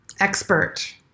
Expert